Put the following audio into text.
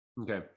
Okay